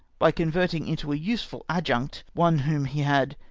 by convert ing into a useful adjunct one whom he had,